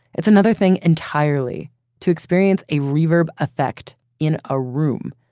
it's another thing entirely to experience a reverb effect in a room,